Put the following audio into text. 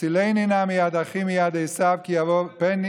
"הצילני נא מיד אחי מיד עשו, איך